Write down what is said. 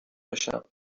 بشم